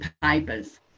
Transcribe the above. papers